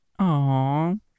Aww